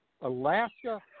Alaska